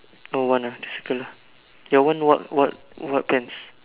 oh one ah then circle ah that one no what what pants